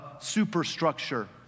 superstructure